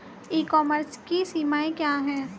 ई commerce की सीमाएं क्या हैं?